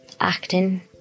acting